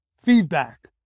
feedback